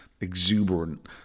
exuberant